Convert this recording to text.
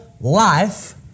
life